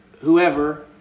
whoever